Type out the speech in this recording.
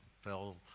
Fell